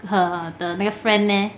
her 的那个 friend eh